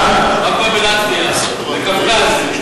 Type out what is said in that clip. מה קורה בלטביה, בקווקז?